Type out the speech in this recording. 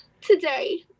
today